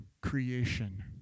creation